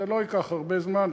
זה לא ייקח הרבה זמן.